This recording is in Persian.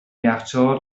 یخچال